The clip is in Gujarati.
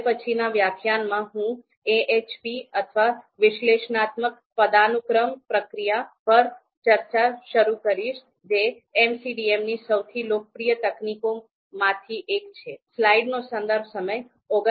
હવે પછીનાં વ્યાખ્યાનમાં હું AHP અથવા વિશ્લેષણાત્મક પદાનુક્રમ પ્રક્રિયા એનાલિટિક હાયરાર્કી પ્રક્રિયા Analytic Hierarchy Process પર ચર્ચા શરૂ કરીશ જે MCDMની સૌથી લોકપ્રિય તકનીકોમાંની એક છે